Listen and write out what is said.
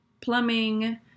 plumbing